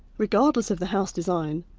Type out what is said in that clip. regardless of the house design,